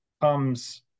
comes